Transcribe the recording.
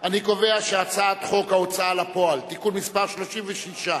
להעביר את הצעת חוק ההוצאה לפועל (תיקון מס' 36)